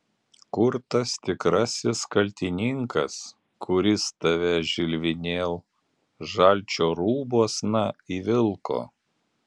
kur tas tikrasis kaltininkas kuris tave žilvinėl žalčio rūbuosna įvilko